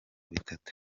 bitatu